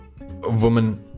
woman